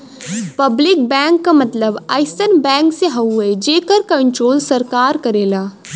public bank क मतलब अइसन बैंक से हउवे जेकर कण्ट्रोल सरकार करेला